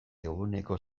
eguneko